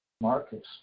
Marcus